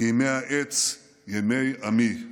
"כימי העץ ימי עמי".